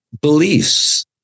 Beliefs